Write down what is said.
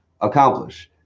accomplish